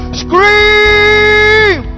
scream